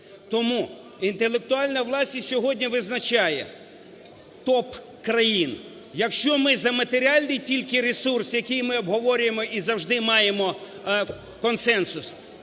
Тому інтелектуальна власність сьогодні визначає топ-країн. Якщо ми за матеріальний тільки ресурс, який ми обговорюємо і завжди маємо консенсус,